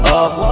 up